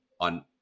on